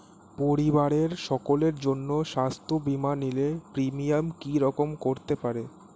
পরিবারের সকলের জন্য স্বাস্থ্য বীমা নিলে প্রিমিয়াম কি রকম করতে পারে?